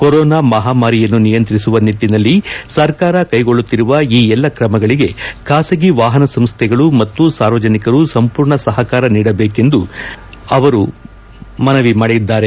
corona ಮಹಾಮಾರಿಯನ್ನು ನಿಯಂತ್ರಿಸುವ ನಿಟ್ಟಿನಲ್ಲಿ ಸರ್ಕಾರ ಕೈಗೊಳ್ಳುತ್ತಿರುವ ಈ ಎಲ್ಲ ಕ್ರಮಗಳಿಗೆ ಖಾಸಗಿ ವಾಹನ ಸಂಸ್ಥೆಗಳು ಮತ್ತು ಸಾರ್ವಜನಿಕರು ಸಂಪೂರ್ಣ ಸಹಕಾರ ನೀಡಬೇಕೆಂದು ಲಕ್ಷ್ಮಣ್ ಸವದಿ ಮನವಿ ಮಾಡಿಕೊಂಡಿದ್ದಾರೆ